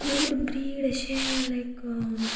गोड ब्रीड अशें लायक